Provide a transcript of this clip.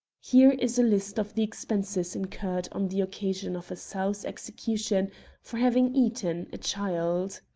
here is a list of the expenses incurred on the occasion of a sow's execution for having eaten a child